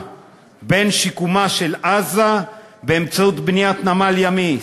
בין שיקומה של עזה באמצעות בניית נמל ימי,